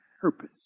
Purpose